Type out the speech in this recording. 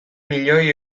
milioi